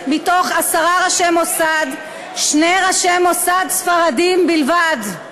מעשרה ראשי מוסד, שני ראשי מוסד ספרדים בלבד.